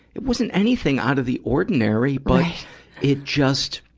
it wasn't anything out of the ordinary, but it just,